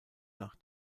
nach